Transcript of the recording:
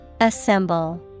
Assemble